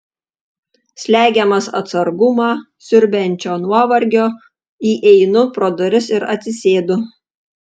slegiamas atsargumą siurbiančio nuovargio įeinu pro duris ir atsisėdu